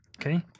Okay